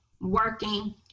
working